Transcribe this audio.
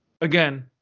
again